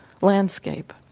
landscape